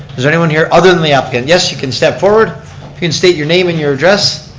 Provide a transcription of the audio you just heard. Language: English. is there anyone here other than the applicant? yes, you can step forward. if you can state your name and your address.